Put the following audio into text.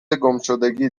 گمشدگی